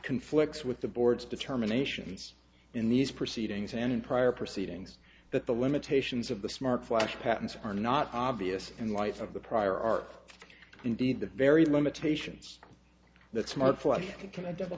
conflicts with the board's determinations in these proceedings and in prior proceedings that the limitations of the smart flash patents are not obvious in light of the prior art indeed the very limitations that's smart for i could kind of double